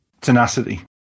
tenacity